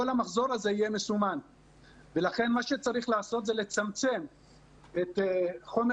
כל המחזור הזה יהיה מסומן ולכן מה שצריך לעשות זה לצמצם את חומר